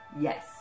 yes